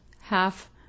half